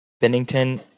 Bennington